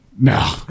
No